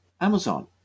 Amazon